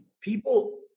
People